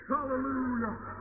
Hallelujah